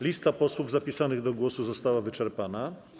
Lista posłów zapisanych do głosu została wyczerpana.